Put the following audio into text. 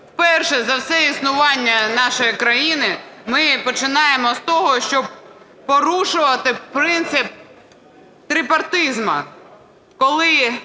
вперше за все існування нашої країни ми починаємо з того, щоб порушувати принцип трипартизму,